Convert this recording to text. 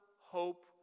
hope